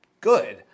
good